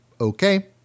Okay